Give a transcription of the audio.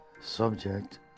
subject